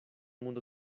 mundo